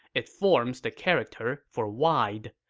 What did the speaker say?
it forms the character for wide.